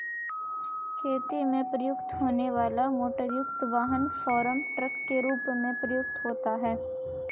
खेती में प्रयुक्त होने वाला मोटरयुक्त वाहन फार्म ट्रक के रूप में प्रयुक्त होता है